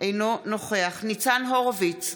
אינו נוכח ניצן הורוביץ,